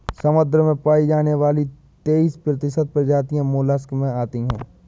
समुद्र में पाई जाने वाली तेइस प्रतिशत प्रजातियां मोलस्क में आती है